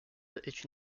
est